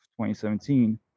2017